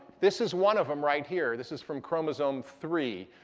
this is one of them right here. this is from chromosome three.